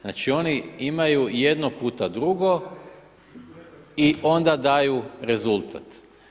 Znači oni imaju jedno puta drugo i onda daju rezultat.